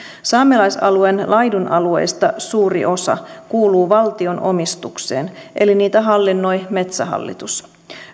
saamelaisalueen laidunalueista suuri osa kuuluu valtion omistukseen eli niitä hallinnoi metsähallitus